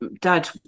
dad